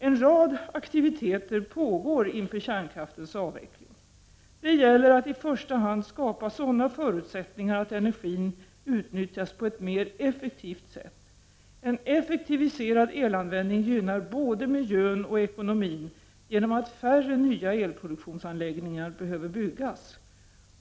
En rad aktiviteter pågår inför kärnkraftens avveckling. Det gäller att i första hand skapa sådana förutsättningar att energin utnyttjas på ett mer effektivt sätt. En effektiviserad elanvändning gynnar både miljön och ekonomin genom att färre nya elproduktionsanläggningar behöver byggas.